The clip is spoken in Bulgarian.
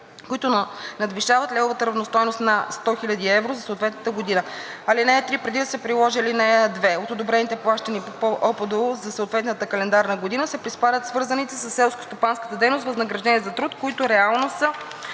които надвишават левовата равностойност на 100 000 евро за съответната година. (3) Преди да се приложи ал. 2, от одобрените плащания по ОПДУ за съответната календарна година се приспадат свързаните със селскостопанска дейност възнаграждения за труд, които реално са